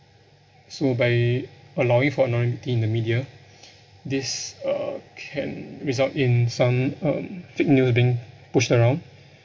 so by allowing for anonymity in the media this uh can result in some um fake news being pushed around